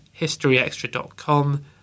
historyextra.com